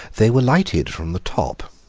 they were lighted from the top,